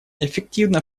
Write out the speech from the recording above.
эффективно